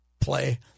play